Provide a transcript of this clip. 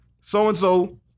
so-and-so